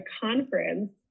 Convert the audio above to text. conference